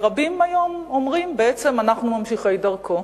ורבים היום אומרים בעצם: אנחנו ממשיכי דרכו.